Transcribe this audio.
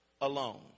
alone